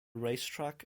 racetrack